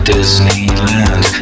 Disneyland